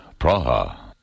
Praha